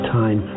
time